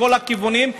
מכל הכיוונים,